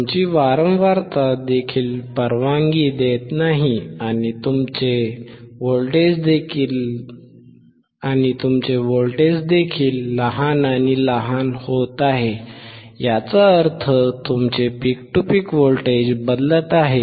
तुमची वारंवारता देखील परवानगी देत नाही आणि तुमचे व्होल्टेज देखील लहान आणि लहान होत आहे याचा अर्थ तुमचे पीक टू पीक व्होल्टेज बदलत आहे